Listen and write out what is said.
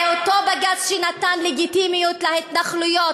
זה אותו בג"ץ שנתן לגיטימיות להתנחלויות.